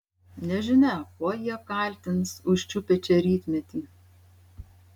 nežinia kuo jį apkaltins užčiupę čia rytmetį